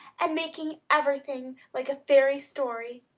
and making everything like a fairy story.